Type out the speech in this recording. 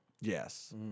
Yes